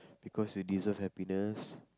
because you deserve happiness